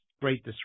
great